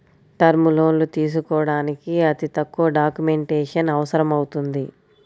term లోన్లు తీసుకోడానికి అతి తక్కువ డాక్యుమెంటేషన్ అవసరమవుతుంది